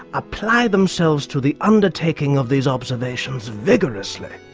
apply themselves to the undertaking of these observations vigorously.